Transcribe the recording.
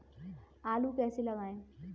आलू कैसे लगाएँ?